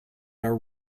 are